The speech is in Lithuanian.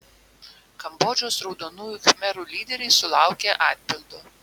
kambodžos raudonųjų khmerų lyderiai sulaukė atpildo